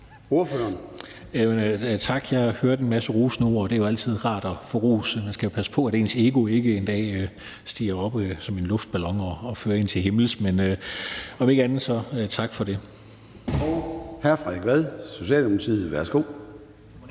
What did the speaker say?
Larsen (LA): Tak. Jeg hørte en masse rosende ord, og det er jo altid rart at få ros. Man skal passe på, at ens ego ikke en dag stiger op som en luftballon og fører en til himmels. Men om ikke andet så tak for det. Kl. 16:56 Formanden (Søren Gade): Hr.